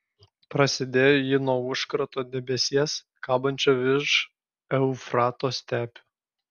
prasidėjo ji nuo užkrato debesies kabančio virš eufrato stepių